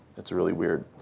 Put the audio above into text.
it's really weird.